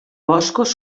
boscos